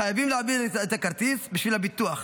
חייבים להעביר את הכרטיס בשביל הביטוח.